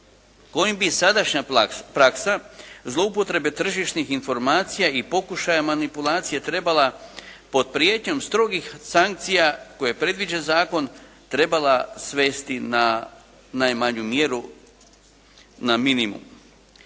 kojim bi sadašnja praksa zloupotrebe tržišnih informacija i pokušaja manipulacije trebala pod prijetnjom strogih sankcija koje predviđa zakon trebala svesti na najmanju mjeru, na minimum.